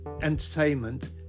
entertainment